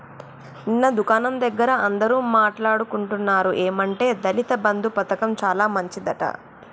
నిన్న దుకాణం దగ్గర అందరూ మాట్లాడుకుంటున్నారు ఏమంటే దళిత బంధు పథకం చాలా మంచిదట